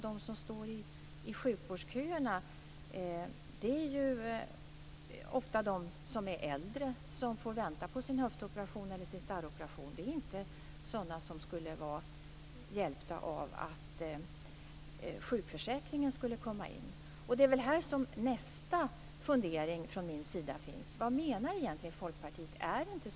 De som står i sjukvårdsköerna är ofta de som är äldre som får vänta på sin höftoperation eller sin starroperation, det är inte sådana som skulle vara hjälpta av att sjukförsäkringen skulle träda in. Och det är i fråga om detta som min nästa fundering kommer in. Vad menar egentligen Folkpartiet?